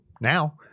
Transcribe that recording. now